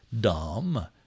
dumb